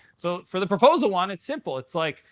so for the proposal one, it's simple. it's like,